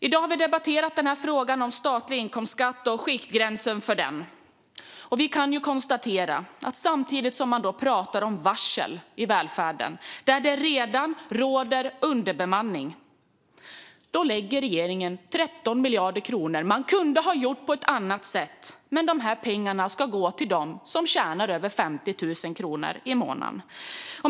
I dag har vi debatterat skiktgränsen för statlig inkomstskatt. Samtidigt som det pratas om varsel i välfärden, där det redan råder underbemanning, lägger regeringen 13 miljarder kronor på höjd skiktgräns. Man kunde ha gjort på ett annat sätt, men nu går dessa pengar till dem som tjänar över 50 000 kronor i månaden.